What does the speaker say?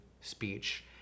speech